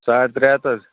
ساڑ ترٛےٚ ہَتھ حظ